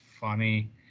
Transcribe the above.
funny